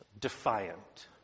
Defiant